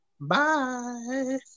Bye